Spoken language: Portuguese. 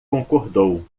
concordou